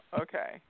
okay